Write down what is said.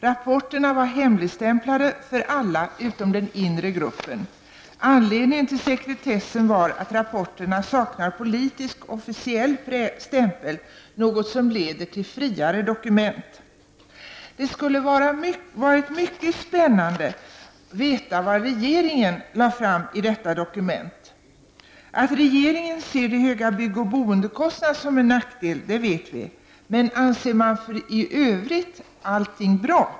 Rapporterna var hemligstämplade utom för alla den inre gruppen. Anledningen till sekretessen var att rapporterna saknar politisk officiell stämpel, något som leder till friare dokument. Det skulle vara mycket spännande att veta vad regeringen lade fram i detta dokument. Att regeringen ser de höga bygg och boendekostnaderna som en nackdel, det vet vi. Men anser man i övrigt allting bra?